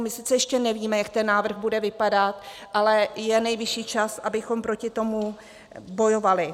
My sice ještě nevíme, jak ten návrh bude vypadat, ale je nejvyšší čas, abychom proti tomu bojovali.